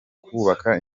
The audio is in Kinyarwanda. kubaka